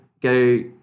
go